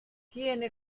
tiene